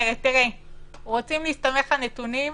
רוצים להסתמך על נתונים?